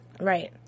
Right